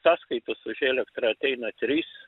sąskaitos už elektrą ateina trys